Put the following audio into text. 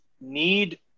need